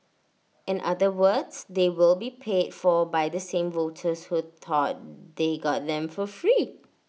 in other words they will be paid for by the same voters who thought they got them for free